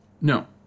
No